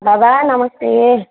बाबा नमस्ते